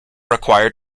required